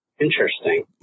Interesting